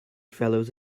fellows